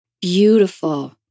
Beautiful